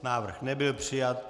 Návrh nebyl přijat.